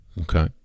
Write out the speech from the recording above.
Okay